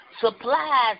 supplies